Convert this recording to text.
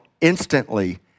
instantly